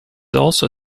also